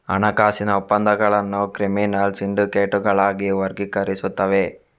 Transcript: ಹಣಕಾಸಿನ ಒಪ್ಪಂದಗಳನ್ನು ಕ್ರಿಮಿನಲ್ ಸಿಂಡಿಕೇಟುಗಳಾಗಿ ವರ್ಗೀಕರಿಸುತ್ತವೆ